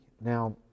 Now